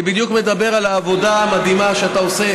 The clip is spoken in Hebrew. אני בדיוק מדבר על העבודה המדהימה שאתה עושה